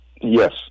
Yes